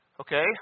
okay